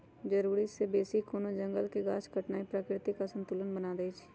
जरूरी से बेशी कोनो जंगल के गाछ काटनाइ प्राकृतिक असंतुलन बना देइछइ